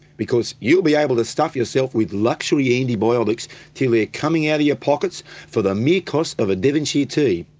because you'll be able to stuff yourself with luxury antibiotics till they're coming out of your pockets for the mere cost of a devonshire tea.